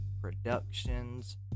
Productions